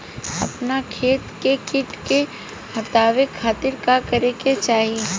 अपना खेत से कीट के हतावे खातिर का करे के चाही?